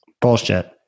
Bullshit